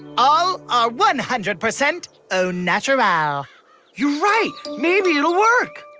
all are one hundred percent au naturel. you're right, maybe it'll work!